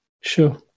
Sure